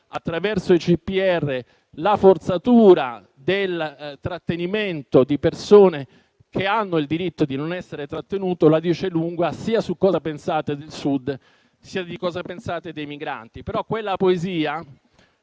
attraverso i CPR, la forzatura del trattenimento di persone che hanno il diritto di non essere trattenute, la dice lunga sia su cosa pensate del Sud, sia su cosa pensate dei migranti. Quella poesia,